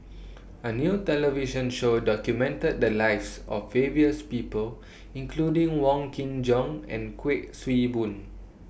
A New television Show documented The Lives of various People including Wong Kin Jong and Kuik Swee Boon